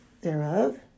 thereof